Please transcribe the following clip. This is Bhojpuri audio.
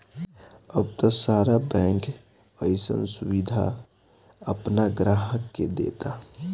अब त सारा बैंक अइसन सुबिधा आपना ग्राहक के देता